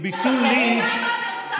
זה לא בסדר.